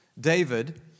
David